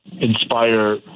inspire